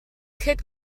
kid